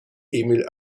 emil